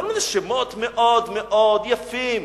כל מיני שמות מאוד מאוד יפים.